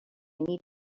need